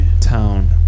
town